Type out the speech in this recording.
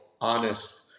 honest